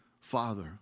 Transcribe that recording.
Father